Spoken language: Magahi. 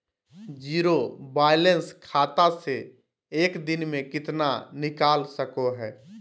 जीरो बायलैंस खाता से एक दिन में कितना निकाल सको है?